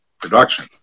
production